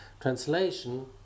Translation